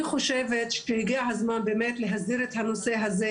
אני חושבת שהגיע הזמן באמת להסדיר את הנושא הזה,